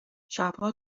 شبها